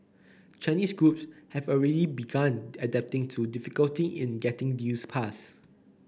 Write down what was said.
Chinese groups have already begun adapting to the difficulty in getting deals passed